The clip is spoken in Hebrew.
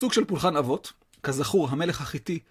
סוג של פולחן אבות, כזכור המלך החיטי.